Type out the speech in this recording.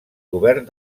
govern